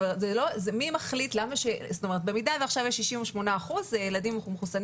במידה ועכשיו יש 68 אחוזים ילדים מחוסנים